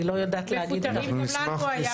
מפוטרים גם לנו היה.